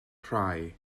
rhai